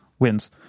wins